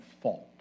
fault